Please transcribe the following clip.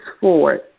forward